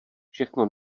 všechno